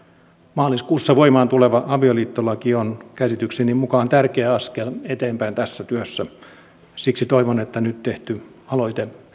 maaliskuussa voimaan tuleva avioliittolaki on käsitykseni mukaan tärkeä askel eteenpäin tässä työssä siksi toivon että nyt tehty aloite